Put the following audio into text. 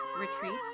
retreats